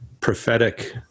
prophetic